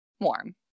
warm